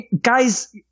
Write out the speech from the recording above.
guys